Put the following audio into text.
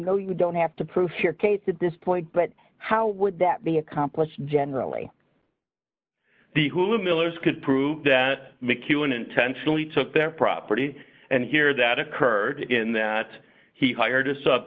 know you don't have to prove your case at this point but how would that be accomplished generally the hulu millers could prove that mcewen intentionally took their property and here that occurred in that he hired a sub